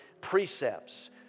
precepts